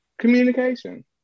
communication